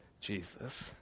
Jesus